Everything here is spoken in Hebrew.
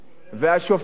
ושופטת